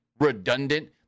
redundant